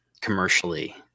commercially